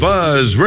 Buzz